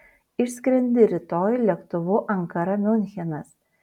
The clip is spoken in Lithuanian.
išskrendi rytoj lėktuvu ankara miunchenas